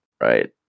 Right